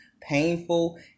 painful